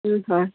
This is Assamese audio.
হয়